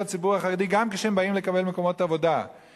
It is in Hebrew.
הציבור החרדי גם כשהם באים לקבל מקומות עבודה,